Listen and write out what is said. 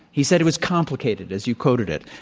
he said it was complicated, as you quoted it.